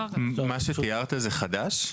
זה רשות.